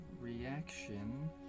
Reaction